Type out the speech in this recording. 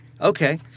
Okay